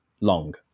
long